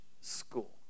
school